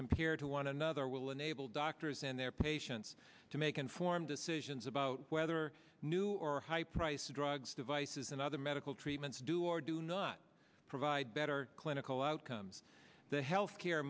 compared to one another will enable doctors and their patients to make informed decisions about whether new or high priced drugs devices and other medical treatments do or do not provide better clinical outcomes the health